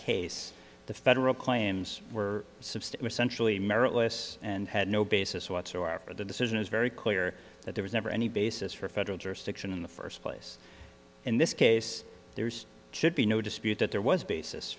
case the federal claims were substantially meritless and had no basis whatsoever the decision is very clear that there was never any basis for federal jurisdiction in the first place in this case there's should be no dispute that there was a basis